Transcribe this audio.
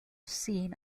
seen